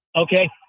Okay